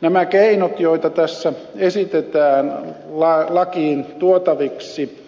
nämä keinot joita tässä esitetään lakiin tuotaviksi